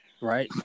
right